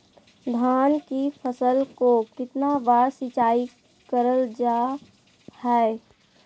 धान की फ़सल को कितना बार सिंचाई करल जा हाय?